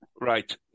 right